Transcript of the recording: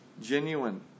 genuine